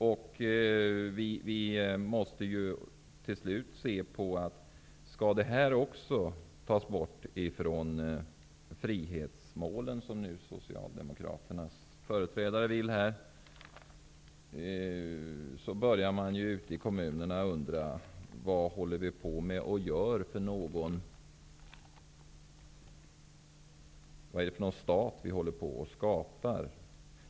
Om hemspråksstödet tas bort från frihetsmålen, vilket Socialdemokraternas företrädare vill, kommer man ute i kommunerna att undra vad det är för stat som vi håller på att skapa.